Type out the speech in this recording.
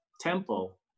temple